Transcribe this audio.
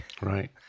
Right